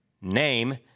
name